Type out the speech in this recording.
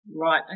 Right